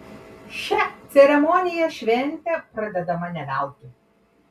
šia ceremonija šventė pradedama ne veltui